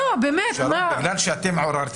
שרון,